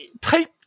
type